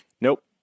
Nope